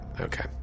okay